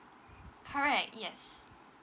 correct yes